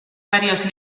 varios